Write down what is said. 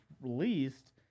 released